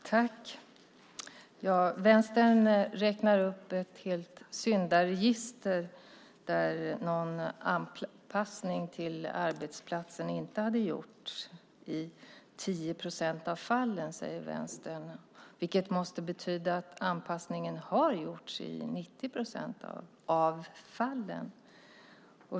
Fru talman! Vänstern läser upp ett helt syndaregister där någon anpassning till arbetsplatsen inte har gjorts. Det är i 10 procent av fallen, säger Vänstern, vilket måste betyda att anpassning har gjorts i 90 procent av fallen.